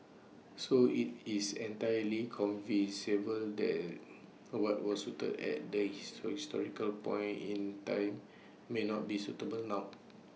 so IT is entirely the what was suit at that he historical point in time may not be suitable now